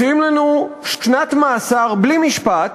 מציעים לנו שנת מאסר בלי משפט